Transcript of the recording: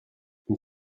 une